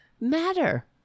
matter